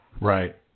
Right